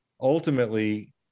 ultimately